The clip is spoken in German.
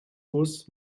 bus